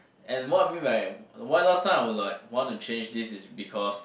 and what I mean by why last time I was like want to change this is because